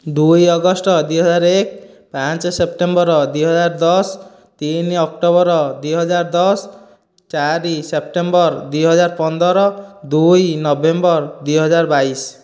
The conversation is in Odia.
ଦୁଇ ଅଗଷ୍ଟ ଦୁଇ ହଜାର ଏକ ପାଞ୍ଚ ସେପ୍ଟେମ୍ବର୍ ଦୁଇ ହଜାର ଦଶ ତିନି ଅକ୍ଟୋବର୍ ଦୁଇ ହଜାର ଦଶ ଚାରି ସେପ୍ଟେମ୍ବର୍ ଦୁଇ ହଜାର ପନ୍ଦର ଦୁଇ ନଭେମ୍ବର୍ ଦୁଇ ହଜାର ବାଇଶ